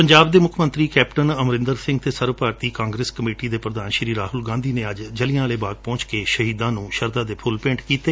ਪੰਜਾਬ ਦੇ ਮੁੱਖ ਮੰਤਰੀ ਕੈਪਟਨ ਅਮਰੰਦਰ ਸੰਘ ਅਤੇ ਸਰਬ ਭਾਰਤੀ ਕਾਂਗਰਸ ਕਮੇਟੀ ਦੇ ਪ੍ਰਧਾਨ ਰਾਹੁਲ ਗਾਧੀ ਨੇ ਅੱਜ ਜਲ੍ਹਿਆਵਾਲੇ ਬਾਗ ਪਹੁੰਚ ਕੇ ਸ਼ਹੀਦਾ ਨੂੰ ਸ਼ਰਧਾ ਦੇ ਫੁੱਲ ਭੇਟ ਕੀਤੇ